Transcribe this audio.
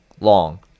long